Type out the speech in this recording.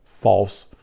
false